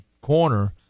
corner